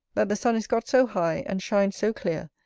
that the sun is got so high, and shines so clear,